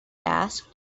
asked